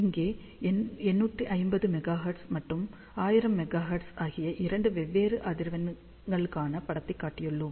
இங்கே 850 mega hertz மற்றும் 1000 mega hertz ஆகிய இரண்டு வெவ்வேறு அதிர்வெண்களுக்கான படத்தைக் காட்டியுள்ளோம்